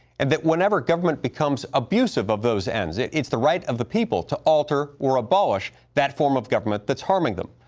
and that wherever government becomes abusive of those ends it's the right of the people to alter or abolish that form of government that's harming them.